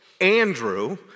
Andrew